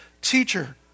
teacher